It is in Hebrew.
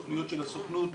תוכניות של הסוכנות,